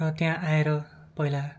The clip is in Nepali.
र त्यहाँ आएर पहिला